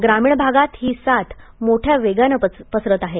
ग्रामीण भागात ही साथ मोठ्या वेगाने पसरत आहे